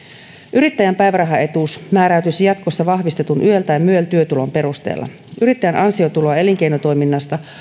yrittäjän päivärahaetuus määräytyisi jatkossa vahvistetun yel tai myel työtulon perusteella yrittäjän ansiotuloa elinkeinotoiminnasta